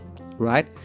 Right